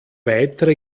weitere